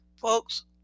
folks